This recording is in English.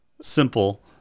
Simple